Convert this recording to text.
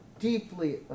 deeply